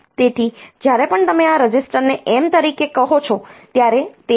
તેથી જ્યારે પણ તમે આ રજિસ્ટરને M તરીકે કહો છો ત્યારે તે છે